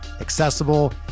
accessible